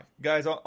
guys